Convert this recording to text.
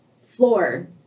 floor